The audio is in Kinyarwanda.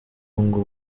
ngo